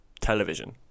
television